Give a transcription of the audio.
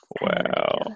Wow